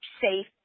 safe